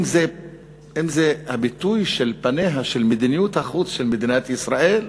אם זה הביטוי של פניה של מדיניות החוץ של מדינת ישראל,